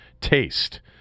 taste